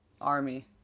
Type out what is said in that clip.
Army